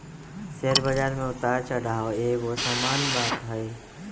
share बजार में उतार चढ़ाओ एगो सामान्य बात हइ